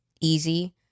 easy